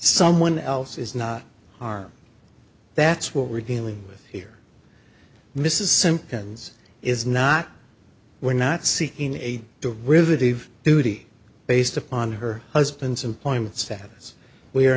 someone else is not our that's what we're dealing with here mrs simpson's is not we're not seeking a to rivet eve duty based upon her husband's employment status we are